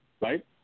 right